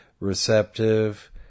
receptive